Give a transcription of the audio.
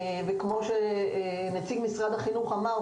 כמו שנציג משרד החינוך אמר,